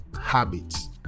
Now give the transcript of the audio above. habits